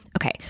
okay